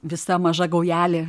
visa maža gaujelė